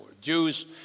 Jews